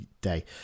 day